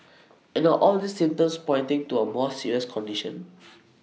and the all these symptoms pointing to A more serious condition